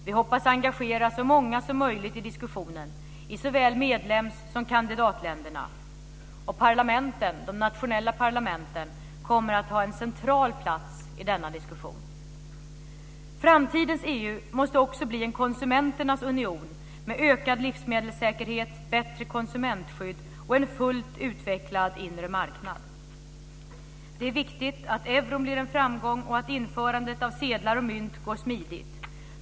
Vi hoppas engagera så många som möjligt i diskussionen, i såväl medlems som kandidatländerna. De nationella parlamenten kommer att ha en central plats i denna diskussion. Framtidens EU måste också bli en konsumenternas union med ökad livsmedelssäkerhet, bättre konsumentskydd och en fullt utvecklad inre marknad. Det är viktigt att euron blir en framgång och att införandet av sedlar och mynt går smidigt.